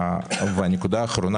לסיום,